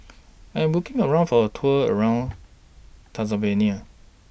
I Am looking For A Tour around Tanzania